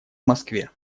москве